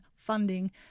funding